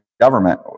government